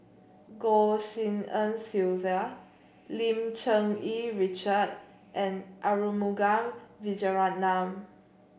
Goh Tshin En Sylvia Lim Cherng Yih Richard and Arumugam Vijiaratnam